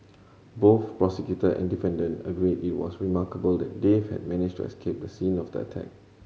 both prosecutor and defendant agreed it was remarkable that Dave had managed to escape the scene of the attack